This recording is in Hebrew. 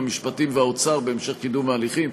משרד המשפטים ומשרד האוצר בהמשך קידום ההליכים.